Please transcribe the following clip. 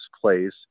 place